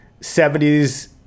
70s